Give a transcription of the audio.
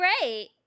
great